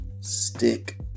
Stick